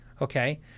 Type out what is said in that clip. Okay